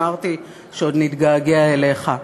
אמרתי שעוד נתגעגע אליך,